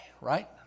right